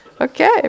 okay